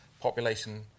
population